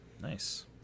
nice